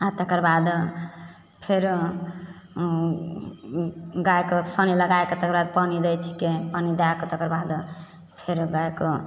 आओर तकरबाद फेर गायके सानी लगायके तकरबाद पानि दै छियै पानि दए कऽ तकरबाद फेर गायके